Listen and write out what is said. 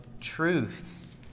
truth